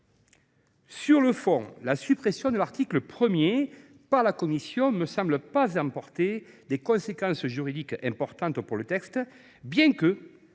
Sur le fond, la suppression de l’article 1 par la commission ne semble pas emporter de conséquences juridiques importantes pour le texte, bien que